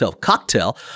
cocktail